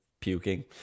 puking